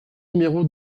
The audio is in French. numéro